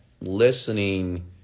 listening